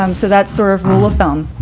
um so that sort of rule of thumb.